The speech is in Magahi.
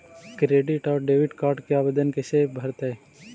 क्रेडिट और डेबिट कार्ड के आवेदन कैसे भरैतैय?